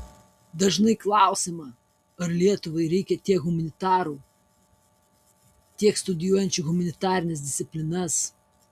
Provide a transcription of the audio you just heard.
dažnai klausiama ar lietuvai reikia tiek humanitarų tiek studijuojančių humanitarines disciplinas